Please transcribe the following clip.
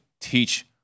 teach